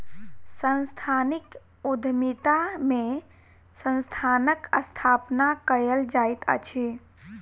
सांस्थानिक उद्यमिता में संस्थानक स्थापना कयल जाइत अछि